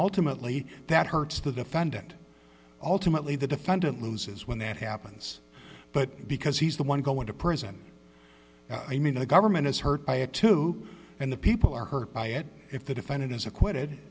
ultimately that hurts the defendant ultimately the defendant loses when that happens but because he's the one going to prison i mean the government is hurt by it too and the people are hurt by it if the defendant is acquitted